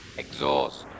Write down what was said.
exhaust